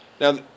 Now